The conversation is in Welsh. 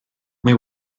mae